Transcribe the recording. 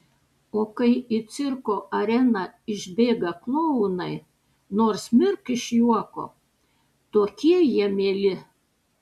o kai į cirko areną išbėga klounai nors mirk iš juoko tokie jie mieli